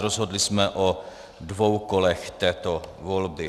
Rozhodli jsme o dvou kolech této volby.